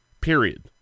Period